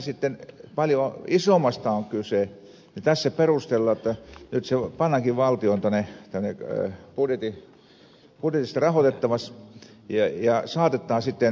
nyt kun tässä on paljon isommasta kyse perustellaan että se pannaankin valtion budjetista rahoitettavaksi ja saatetaan siten epävarmaan asemaan